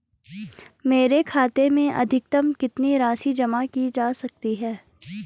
मेरे खाते में अधिकतम कितनी राशि जमा की जा सकती है?